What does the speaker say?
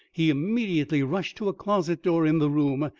he immediately rushed to a closet-door in the room,